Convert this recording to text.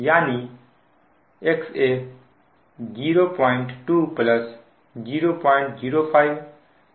यानी XA 02 0050380052 02 होगा